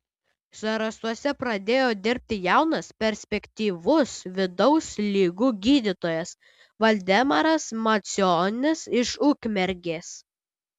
zarasuose pradėjo dirbti jaunas perspektyvus vidaus ligų gydytojas valdemaras macionis iš ukmergės